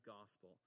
gospel